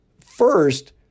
first